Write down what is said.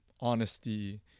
Honesty